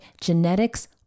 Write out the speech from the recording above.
genetics